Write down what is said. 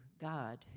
God